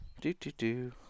Do-do-do